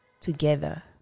together